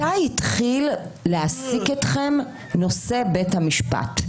מתי התחיל להעסיק אתכם נושא בית המשפט?